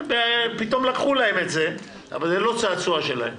פתאום לקחו להם את זה, אבל זה לא צעצוע שלהם.